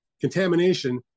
Contamination